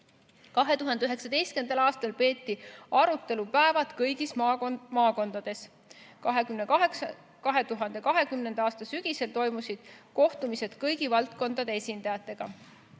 2019. aastal peeti arutelupäevi kõigis maakondades. 2020. aasta sügisel toimusid kohtumised kõigi valdkondade esindajatega.